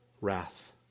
wrath